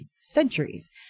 centuries